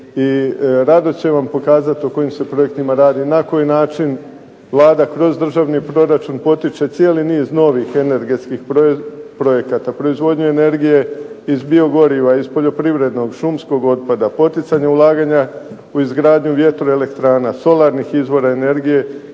rado će vam pokazat o kojim se projektima radi, na koji način Vlada kroz državni proračun potiče cijeli niz novih energetskih projekata, proizvodnje energije iz biogoriva, iz poljoprivrednog, šumskog otpada, poticanje ulaganja u izgradnju vjetroelektrana, solarnih izvora energije